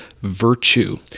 virtue